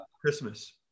Christmas